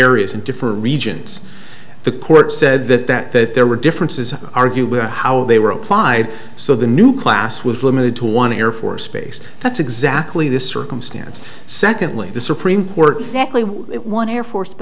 areas and different regions the court said that that that there were differences argue were how they were applied so the new class was limited to one air force base that's exactly the circumstance secondly the supreme court directly one air force